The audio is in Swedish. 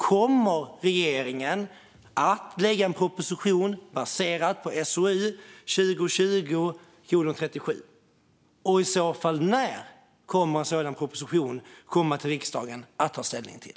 Kommer regeringen att lägga fram en proposition baserad på SOU 2020:37? När kommer i så fall en sådan proposition till riksdagen för oss att ta ställning till?